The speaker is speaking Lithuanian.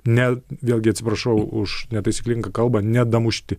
ne vėlgi atsiprašau už netaisyklingą kalbą nedamušti